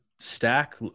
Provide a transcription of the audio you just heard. stack